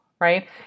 right